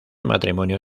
matrimonio